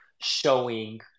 showing